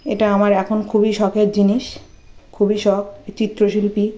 এটা আমার এখন খুবই শখের জিনিস খুবই শখ চিত্রশিল্পী